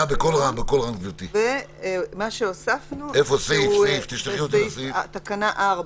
ומה שהוספנו בתקנה 4: